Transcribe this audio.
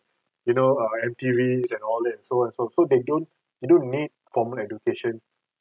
you know uh M_T_V and all that so so of course they don't they don't need formal education